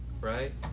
Right